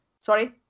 sorry